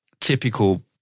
typical